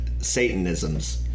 Satanisms